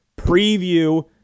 preview